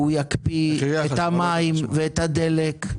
הוא יקפיא את המים ואת הדלק,